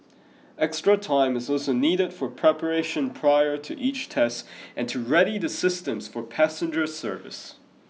extra time is also needed for preparation prior to each test and to ready the systems for passenger service